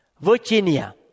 Virginia